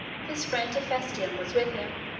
his friend hephaestion was with him,